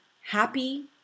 happy